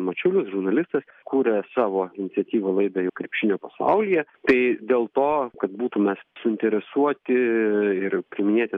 mačiulis žurnalistas kuria savo iniciatyva laidai krepšinio pasaulyje tai dėl to kad būtų mes suinteresuoti ir priiminėti